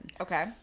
Okay